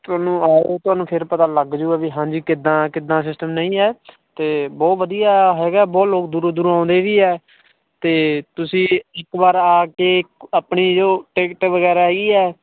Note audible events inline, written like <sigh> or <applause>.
ਤੁਹਾਨੂੰ <unintelligible> ਤੁਹਾਨੂੰ ਫੇਰ ਪਤਾ ਲੱਗ ਜੂਗਾ ਵੀ ਹਾਂਜੀ ਕਿੱਦਾਂ ਕਿੱਦਾਂ ਸਿਸਟਮ ਨਹੀਂ ਹੈ ਅਤੇ ਬਹੁਤ ਵਧੀਆ ਹੈਗਾ ਬਹੁਤ ਲੋਕ ਦੂਰੋਂ ਦੂਰੋਂ ਆਉਂਦੇ ਵੀ ਹੈ ਅਤੇ ਤੁਸੀਂ ਇੱਕ ਵਾਰ ਆ ਕੇ ਆਪਣੀ ਜੋ ਟਿਕਟ ਵਗੈਰਾ ਹੀ ਹੈ